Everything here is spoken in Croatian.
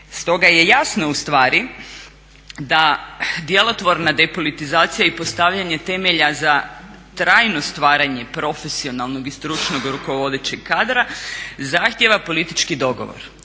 Stoga je jasno ustvari da djelotvorna depolitizacija i postavljanje temelja za trajno stvaranje profesionalnog i stručnog rukovodećeg kadra zahtjeva politički dogovor